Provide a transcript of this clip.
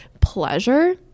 pleasure